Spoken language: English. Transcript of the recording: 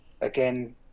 Again